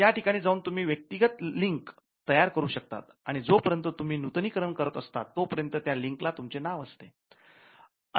या ठिकाणी जाऊन तुम्ही व्यक्तिगत लिंक ला तुमचे नाव असते